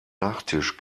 nachtisch